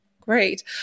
Great